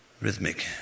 rhythmic